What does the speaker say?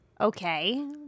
okay